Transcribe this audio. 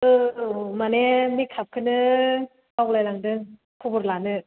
अ औ माने मेकापखौनो बावलाय लांदों खबर लानो